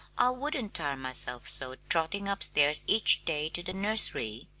i wouldn't tire myself so trotting upstairs each day to the nursery.